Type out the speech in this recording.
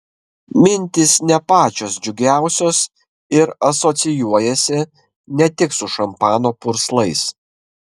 mintys ne pačios džiugiausios ir asocijuojasi ne tik su šampano purslais